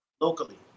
locally